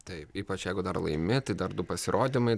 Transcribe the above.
taip ypač jeigu dar laimi tai dar du pasirodymai